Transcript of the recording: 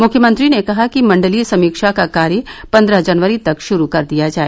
मुख्यमंत्री ने कहा कि मण्डलीय समीक्षा का कार्य पंद्रह जनवरी तक ्रूर कर दिया जाए